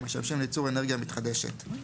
המשמשים לייצור אנרגיה מתחדשת,